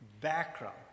background